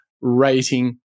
rating